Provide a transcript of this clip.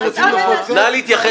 נא להתייחס עניינית.